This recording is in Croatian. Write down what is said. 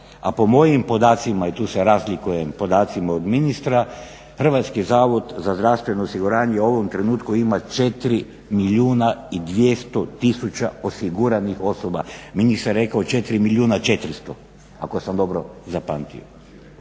a po mojim podacima i tu se razlikujem podacima od ministra Hrvatski zavod za zdravstveno osiguranje u ovom trenutku ima 4 milijuna i 200 tisuća osiguranih osoba. Ministar je rekao 4 milijuna 400 ako sam dobro zapamtio.